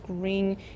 green